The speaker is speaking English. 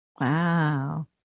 Wow